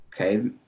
okay